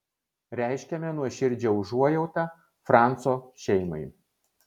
reiškiame nuoširdžią užuojautą franco šeimai